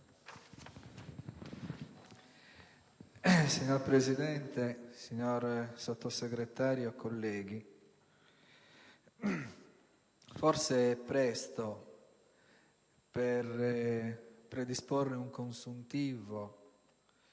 Signor Presidente, signor Sottosegretario, colleghi, forse è presto per predisporre un bilancio